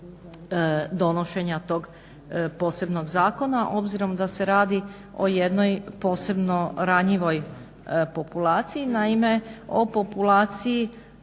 donošenja tog posebnog zakona obzirom da se radi o jednoj posebno ranjivoj populaciji. Naime, o populaciji